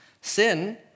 sin